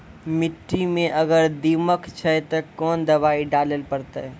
मिट्टी मे अगर दीमक छै ते कोंन दवाई डाले ले परतय?